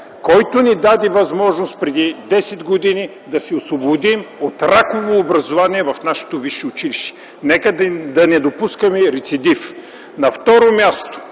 който ни даде възможност преди 10 години да се освободим от раково образование в нашето висше училище. Нека да не допускаме рецидив.